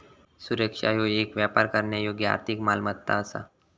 सुरक्षा ह्यो येक व्यापार करण्यायोग्य आर्थिक मालमत्ता असा